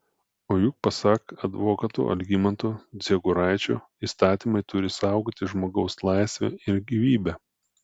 o juk pasak advokato algimanto dziegoraičio įstatymai turi saugoti žmogaus laisvę ir gyvybę